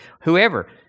whoever